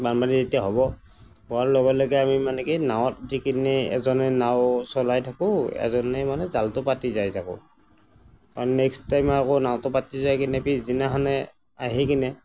বানপানী যেতিয়া হ'ব হোৱাৰ লগে লগে আমি মানে কি নাৱত উঠি কিনি এজনে নাওঁ চলাই থাকোঁ এজনে মানে জালটো পাতি যায় যাব আৰু নেক্সট টাইম আকৌ নাওঁটো পাতি যায় কিনে পিছদিনাখনে আহি কিনে